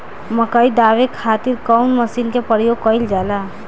मकई दावे खातीर कउन मसीन के प्रयोग कईल जाला?